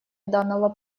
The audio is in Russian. данного